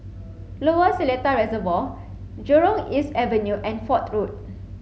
Lower Seletar Reservoir Jurong East Avenue and Fort Road